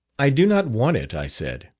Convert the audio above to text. i do not want it i said.